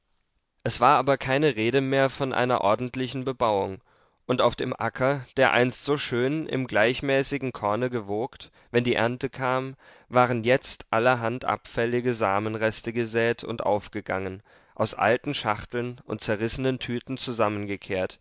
es war aber keine rede mehr von einer ordentlichen bebauung und auf dem acker der einst so schön im gleichmäßigen korne gewogt wenn die ernte kam waren jetzt allerhand abfällige samenreste gesät und aufgegangen aus alten schachteln und zerrissenen tüten zusammengekehrt